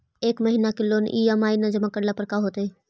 एक महिना लोन के ई.एम.आई न जमा करला पर का होतइ?